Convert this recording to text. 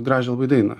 gražią labai dainą